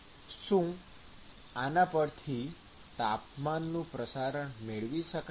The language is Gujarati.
શું આના પરથી તાપમાનનું પ્રસારણ મેળવી શકાય